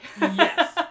Yes